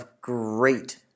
great